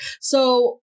So-